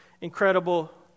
incredible